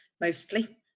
mostly